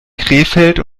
krefeld